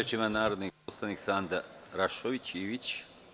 Reč ima narodni poslanik Sanda Rašković Ivić.